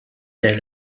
der